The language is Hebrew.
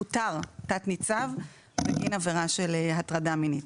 פוטר תת ניצב בגין עבירה של הטרדה מינית.